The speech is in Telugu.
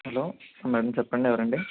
హలో మేడమ్ చెప్పండి ఎవరండీ